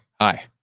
Hi